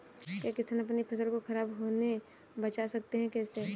क्या किसान अपनी फसल को खराब होने बचा सकते हैं कैसे?